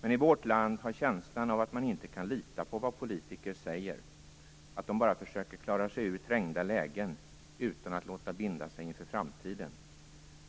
Men i vårt land har känslan av att man inte kan lita på vad politiker säger, att de bara försöker klara sig ur trängda lägen utan att låta binda sig inför framtiden,